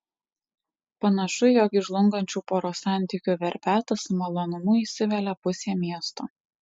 panašu jog į žlungančių poros santykių verpetą su malonumu įsivelia pusė miesto